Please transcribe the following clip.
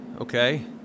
okay